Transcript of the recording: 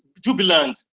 jubilant